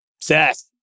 Seth